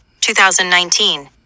2019